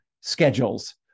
schedules